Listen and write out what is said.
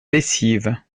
lessive